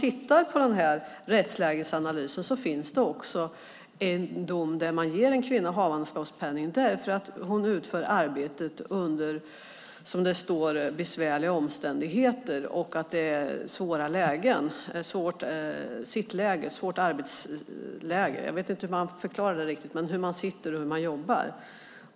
I den här rättslägesanalysen finns det också en dom där man ger en kvinna havandeskapspenning därför att hon utför arbetet under, som det står, besvärliga omständigheter. Det handlar om hur man sitter och hur man jobbar.